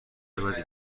بدی